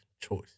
choice